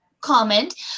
comment